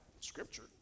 Scripture